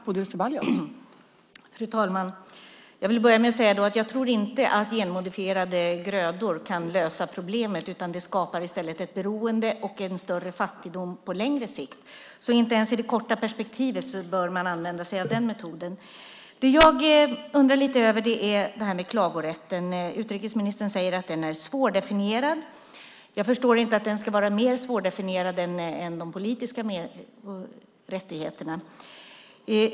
Fru talman! Jag vill börja med att säga att jag inte tror att genmodifierade grödor kan lösa problemet. Det skapar i stället ett beroende och en större fattigdom på längre sikt. Inte ens i det korta perspektivet bör man använda sig av den metoden. Jag undrar lite över klagorätten. Utrikesministern säger att den är svårdefinierad. Jag förstår inte varför den skulle vara mer svårdefinierad än de politiska rättigheterna.